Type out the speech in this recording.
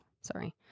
Sorry